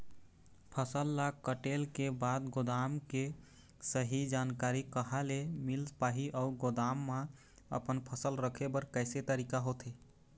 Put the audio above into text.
फसल ला कटेल के बाद गोदाम के सही जानकारी कहा ले मील पाही अउ गोदाम मा अपन फसल रखे बर कैसे तरीका होथे?